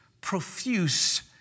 profuse